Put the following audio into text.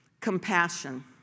compassion